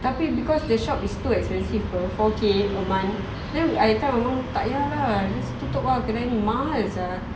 tapi because the shop is too expensive per four K per month then I tell my mum takyah lah tutup ah kedai ni mahal sia